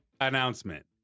announcement